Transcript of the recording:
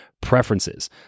preferences